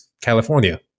California